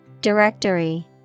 Directory